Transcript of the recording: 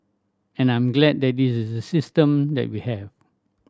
and I'm glad that this is the system that we have